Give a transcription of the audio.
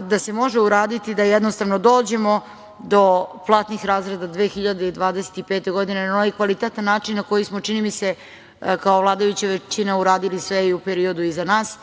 da se može uraditi da jednostavno dođemo do platnih razreda 2025. godine, na onaj kvalitetan način na koji smo, čini mi se, kao vladajuća većina uradili sve i u periodu iza nas.